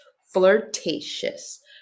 flirtatious